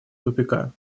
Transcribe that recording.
тупика